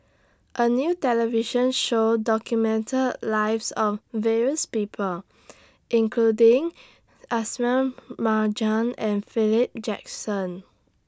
A New television Show documented Lives of various People including Ismail Marjan and Philip Jackson